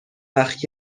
وقت